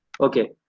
Okay